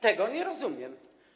Tego nie rozumiem.